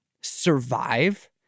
survive